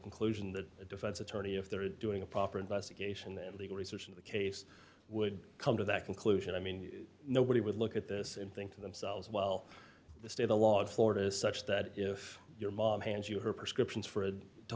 conclusion that a defense attorney if they're doing a proper investigation that legal research and case would come to that conclusion i mean nobody would look at this and think to themselves well the state a lot of florida such that if your mom hands you her prescriptions for it to